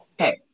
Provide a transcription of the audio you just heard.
Okay